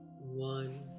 One